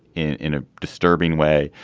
in in a disturbing way.